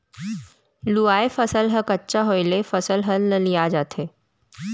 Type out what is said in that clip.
लूवाय फसल ह कच्चा होय ले फसल ह ललिया जाथे